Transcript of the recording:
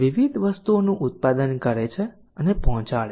વિવિધ વસ્તુઓનું ઉત્પાદન કરે છે અને પહોંચાડે છે